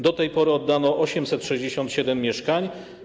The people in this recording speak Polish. Do tej pory oddano 867 mieszkań.